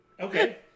Okay